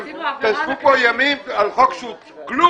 תשבו פה ימים על חוק שהוא כלום.